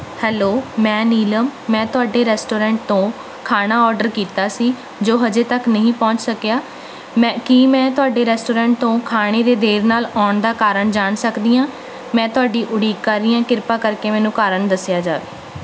hello ਮੈਂ ਨੀਲਮ ਮੈਂ ਤੁਹਾਡੇ ਰੈਸਟੋਰੈਂਟ ਤੋਂ ਖਾਣਾ ਔਰਡਰ ਕੀਤਾ ਸੀ ਜੋ ਹਜੇ ਤੱਕ ਨਹੀਂ ਪਹੁੰਚ ਸਕਿਆ ਮੈਂ ਕੀ ਮੈਂ ਤੁਹਾਡੇ ਰੈਸਟੋਰੈਂਟ ਤੋਂ ਖਾਣੇ ਦੇ ਦੇਰ ਨਾਲ ਆਉਣ ਦਾ ਕਾਰਨ ਜਾਣ ਸਕਦੀ ਹਾਂ ਮੈਂ ਤੁਹਾਡੀ ਉਡੀਕ ਕਰ ਰਹੀ ਹਾਂ ਕਿਰਪਾ ਕਰਕੇ ਮੈਨੂੰ ਕਾਰਨ ਦੱਸਿਆ ਜਾਵੇ